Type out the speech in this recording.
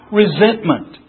resentment